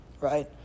right